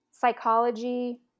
psychology